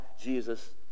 Jesus